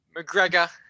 McGregor